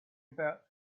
about